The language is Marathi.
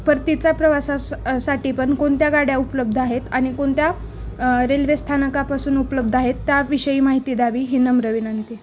परतीच्या प्रवासासाठी पण कोणत्या गाड्या उपलब्ध आहेत आणि कोणत्या रेल्वे स्थाानकापासून उपलब्ध आहेत त्याविषयी माहिती द्यावी ही नम्र विनंती